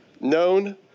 known